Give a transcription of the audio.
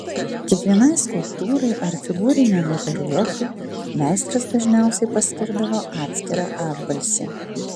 kiekvienai skulptūrai ar figūriniam reljefui meistras dažniausiai paskirdavo atskirą atbalsį